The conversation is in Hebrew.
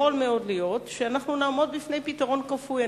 יכול להיות שאנחנו נעמוד בפני פתרון כפוי.